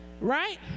right